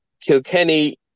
Kilkenny